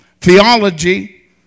theology